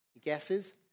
guesses